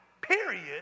period